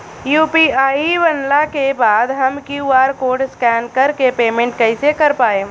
UPI बनला के बाद हम क्यू.आर कोड स्कैन कर के पेमेंट कइसे कर पाएम?